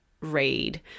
read